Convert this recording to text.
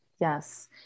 Yes